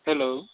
hello